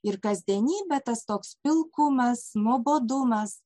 ir kasdienybė tas toks pilkumas nuobodumas